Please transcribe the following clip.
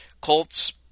Colts